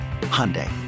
Hyundai